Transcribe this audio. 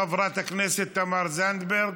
חברת הכנסת תמר זנדברג,